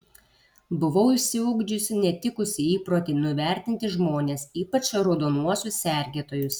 buvau išsiugdžiusi netikusį įprotį nuvertinti žmones ypač raudonuosius sergėtojus